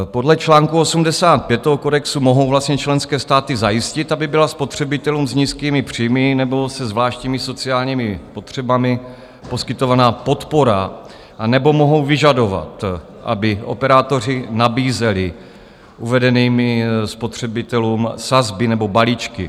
Podle čl. 85 toho kodexu mohou vlastně členské státy zajistit, aby byla spotřebitelům s nízkými příjmy nebo se zvláštními sociálními potřebami poskytovaná podpora, anebo mohou vyžadovat, aby operátoři nabízeli uvedeným spotřebitelům sazby nebo balíčky.